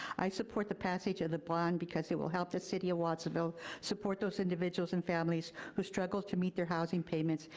i support the passage of the bond because it will help the city of watsonville support those individuals and families who struggle to meet their housing payments.